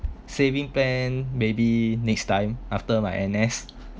saving plan maybe next time after my N_S